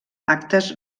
actes